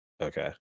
Okay